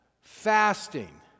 fasting